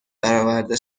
برآورده